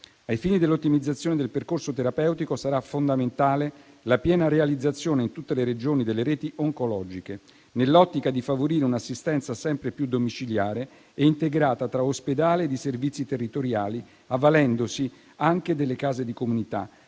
Ai fini dell'ottimizzazione del percorso terapeutico sarà fondamentale la piena realizzazione, in tutte le Regioni, delle reti oncologiche, nell'ottica di favorire un'assistenza sempre più domiciliare e integrata tra ospedale e servizi territoriali, avvalendosi anche delle case di comunità,